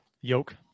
yoke